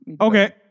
Okay